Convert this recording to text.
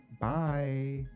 Bye